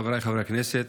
חבריי חברי הכנסת,